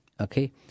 okay